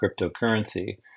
cryptocurrency